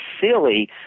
silly